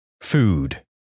Food